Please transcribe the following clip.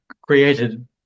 created